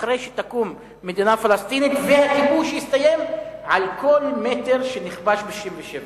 אחרי שתקום מדינה פלסטינית והכיבוש יסתיים על כל מטר שנכבש ב-67'.